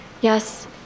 Yes